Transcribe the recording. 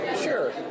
Sure